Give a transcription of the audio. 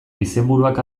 izenburuak